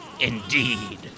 indeed